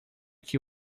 que